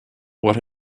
what